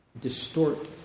distort